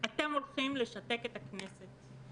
אתם הולכים לשתק את הכנסת.